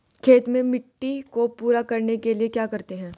खेत में मिट्टी को पूरा करने के लिए क्या करते हैं?